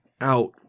out